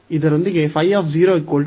ಇದರೊಂದಿಗೆ ϕ 0